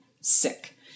sick